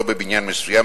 לא בבניין מסוים,